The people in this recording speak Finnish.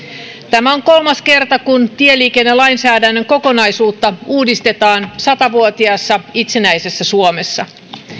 tämä on kolmas kerta kun tieliikennelainsäädännön kokonaisuutta uudistetaan sata vuotiaassa itsenäisessä suomessa